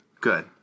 Good